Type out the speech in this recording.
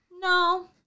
No